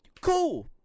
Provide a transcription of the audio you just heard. Cool